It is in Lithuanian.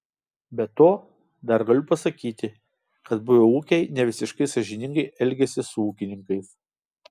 be to dar galiu pasakyti kad buvę ūkiai nevisiškai sąžiningai elgiasi su ūkininkais